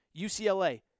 UCLA